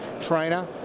trainer